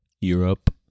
Europe